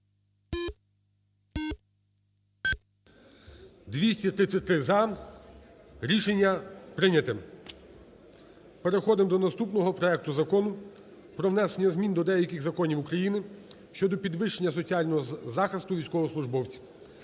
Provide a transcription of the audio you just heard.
За-233 Рішення прийнято. Переходимо до наступного проекту Закону про внесення змін до деяких Законів України щодо підвищення соціального захисту військовослужбовців.